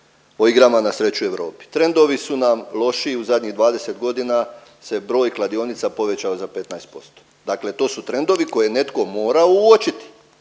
o igrama na sreću u Europi. Trendovi su nam lošiji. U zadnjih 20 godina se broj kladionica povećao za 15%, dakle to su trendovi koje je netko morao uočiti.